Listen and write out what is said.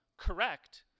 correct